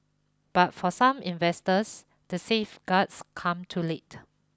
but for some investors the safeguards come too late